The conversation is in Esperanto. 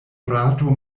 rato